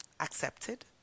accepted